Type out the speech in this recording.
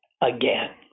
again